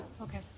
Okay